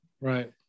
Right